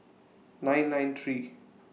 nine nine three